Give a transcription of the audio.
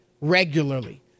regularly